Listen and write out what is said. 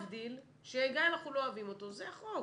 להבדיל, שגם אם אנחנו לא אוהבים אותו, זה החוק,